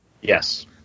Yes